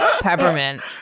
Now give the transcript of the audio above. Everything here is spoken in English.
peppermint